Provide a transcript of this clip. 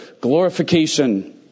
glorification